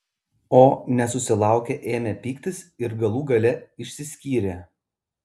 o nesusilaukę ėmė pyktis ir galų gale išsiskyrė